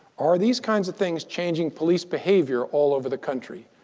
are these kinds of things changing police behavior all over the country?